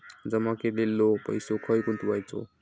जमा केलेलो पैसो खय गुंतवायचो?